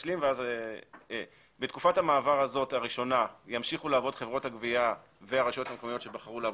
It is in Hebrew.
בתקופת המעבר הראשונה חברות הגבייה והרשויות תמשכנה לעבוד.